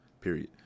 Period